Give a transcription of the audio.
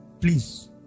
please